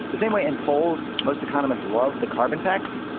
the same way in polls, most economists love the carbon tax,